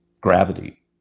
gravity